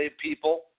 people